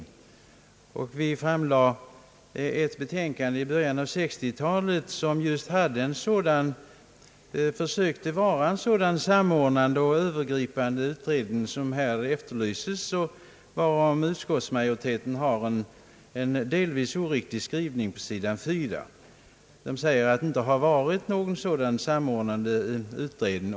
Syftet med en av dessa utredningar, som i början av 1960-talet framlade ett betänkande, var just en sådan samordnande och övergripande utredning som här efterlyses och varom utskottsmajoriteten har en delvis oriktig skrivning på sidan 4 i utlåtandet. Utskottsmajoriteten skriver nämligen att det inte har förekommit någon sådan samordnande utredning.